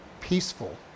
peaceful